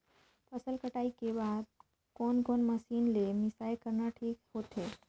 फसल कटाई के बाद कोने कोने मशीन ले मिसाई करना ठीक होथे ग?